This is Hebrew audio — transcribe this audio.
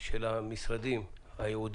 של המשרד יש לזה חשיבות.